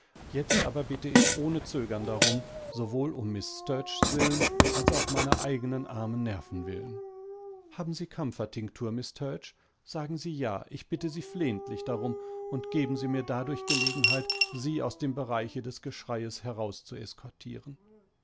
jetzt aber bitte ich ohne zögerndarum sowohlummißsturchswillen alsauchmeinereigenenarmennerven willen haben sie kampfertinktur miß sturch sagen sie ja ich bitte sie flehentlich darum und geben sie mir dadurch gelegenheit sie aus dem bereich des geschreies hinauszueskortieren